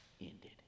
ended